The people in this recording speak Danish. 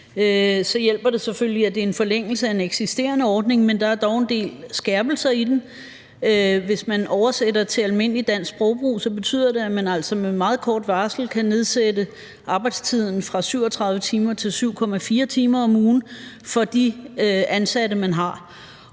Så hjælper det selvfølgelig, at det er en forlængelse af en eksisterende ordning, men der er dog en del skærpelser i det. Hvis det oversættes til almindeligt dansk sprogbrug, betyder det, at man med meget kort varsel kan nedsætte arbejdstiden fra 37 timer til 7,4 timer om ugen for de ansatte, man har.